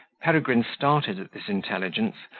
peregrine started at this intelligence,